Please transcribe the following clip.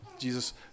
Jesus